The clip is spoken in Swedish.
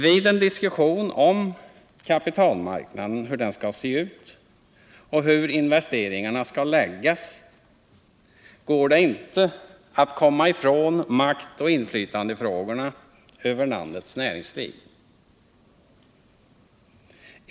Vid en diskussion om hur kapitalmarknaden skall se ut och hur investeringarna skall läggas går det inte att komma ifrån frågorna om makt och inflytande över landets näringsliv.